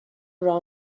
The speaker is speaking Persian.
راه